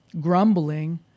grumbling